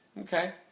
okay